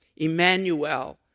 Emmanuel